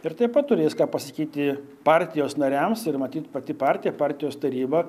ir taip pat turės ką pasakyti partijos nariams ir matyt pati partija partijos taryba